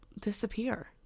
Disappear